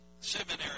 seminary